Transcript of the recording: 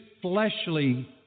fleshly